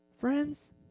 Friends